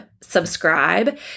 subscribe